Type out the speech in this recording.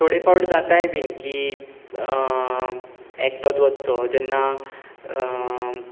थोडे फावट जाताय बीन की एकटोत वचचो जेन्ना